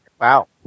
Wow